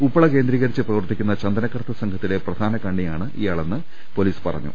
ഉപ്പള കേന്ദ്രീകരിച്ച് പ്രവർത്തിക്കുന്ന ചന്ദനക്കടത്ത് സംഘത്തിലെ പ്രധാന കണ്ണിയാണ് ഇയാളെന്ന് പൊലീസ് പറഞ്ഞു